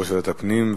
יושב-ראש ועדת הפנים,